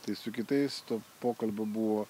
tai su kitais tų pokalbių buvo